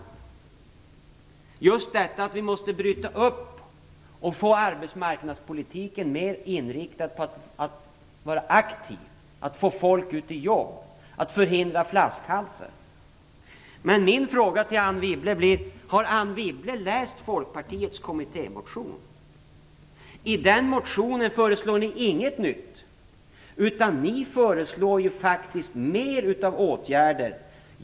Det är fråga om just att vi måste bryta upp och få arbetsmarknadspolitiken mer inriktad på att vara aktiv, att få folk ut i arbete, att förhindra flaskhalsen. Men min fråga till Anne Wibble är följande: Har Anne Wibble läst Folkpartiets kommittémotion? I den motionen föreslår ni inget nytt, utan ni föreslår faktiskt mer av åtgärder.